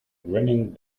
grinning